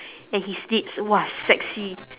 and his lips !wah! sexy